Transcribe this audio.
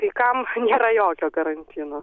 kai kam nėra jokio karantino